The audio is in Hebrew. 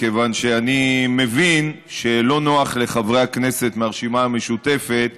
כיוון שאני מבין שלא נוח לחברי הכנסת מהרשימה המשותפת